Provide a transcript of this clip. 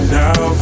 now